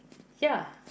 ya